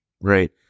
right